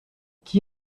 qui